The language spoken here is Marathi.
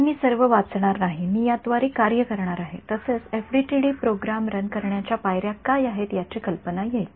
तर मी सर्व वाचणार नाही मी याद्वारे कार्य करणार आहे तसेच एफडीटीडी प्रोग्राम रन करण्याच्या पायऱ्या काय आहेत याची कल्पना येईल